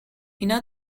اینا